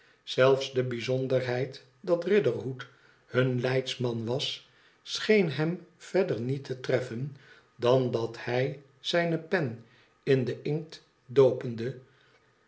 zelfs de bijzonderheid dat riderhood hun leidsman was scheen hem verder niet te treffen dan dat hij zijne pen in den inkt doopende